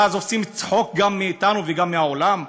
ואז עושים צחוק גם מאתנו וגם מהעולם,